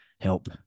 help